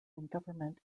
government